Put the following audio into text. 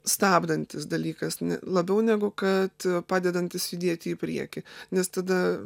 stabdantis dalykas ne labiau negu kad padedantis judėti į priekį nes tada